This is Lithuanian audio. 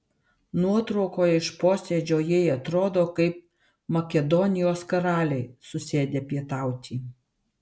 nuotraukoje iš posėdžio jei atrodo kaip makedonijos karaliai susėdę pietauti